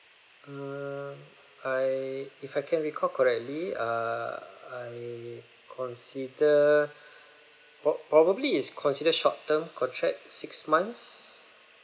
err I if I can recall correctly err I consider pro~ probably is consider short term contract six months